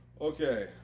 okay